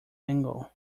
angle